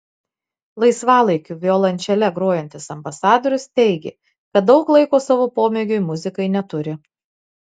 laisvalaikiu violončele grojantis ambasadorius teigė kad daug laiko savo pomėgiui muzikai neturi